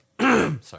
sorry